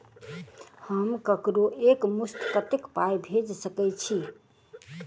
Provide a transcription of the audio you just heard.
हम ककरो एक मुस्त कत्तेक पाई भेजि सकय छी?